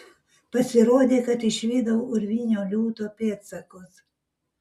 pasirodė kad išvydau urvinio liūto pėdsakus